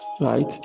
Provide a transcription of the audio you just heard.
right